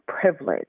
privilege